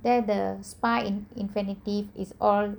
there the spa infinitive is all